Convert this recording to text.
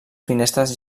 finestres